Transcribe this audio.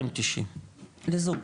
לזוג.